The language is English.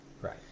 Right